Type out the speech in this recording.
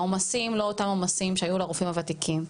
העומסים הם לא אותם עומסים שהיו לרופאים הוותיקים,